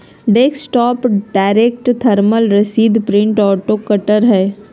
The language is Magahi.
डेस्कटॉप डायरेक्ट थर्मल रसीद प्रिंटर ऑटो कटर हइ